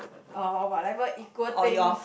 or whatever equal things